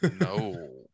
No